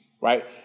Right